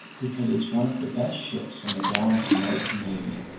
because it's one of the best ships in the gallant american navy,